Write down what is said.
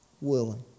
willing